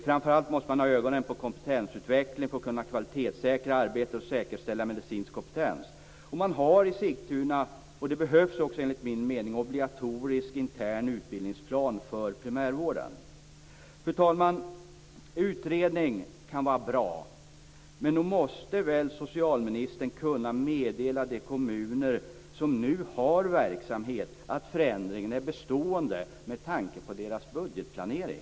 Framför allt måste man ha ögonen på kompetensutvecklingen för att kunna kvalitetssäkra arbete och säkerställa en medicinsk kompetens. Man har i Sigtuna en obligatorisk intern utbildningsplan för primärvården, och det behövs enligt min mening. Fru talman! Utredning kan vara bra, men nog måste väl socialministern kunna meddela de kommuner som nu har verksamhet att förändringen är bestående, med tanke på deras budgetplanering?